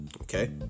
Okay